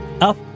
up